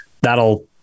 That'll